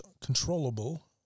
controllable